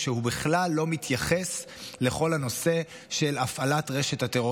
היא שהוא בכלל לא מתייחס לכל הנושא של הפעלת רשת הטרור